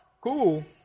cool